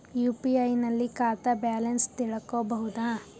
UPI ನಲ್ಲಿ ಖಾತಾ balance ತಿಳಕೊ ಬಹುದಾ?